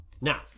Now